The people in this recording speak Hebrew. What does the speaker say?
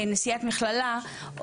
כנשיאת מכללה,